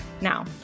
Now